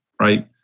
right